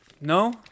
No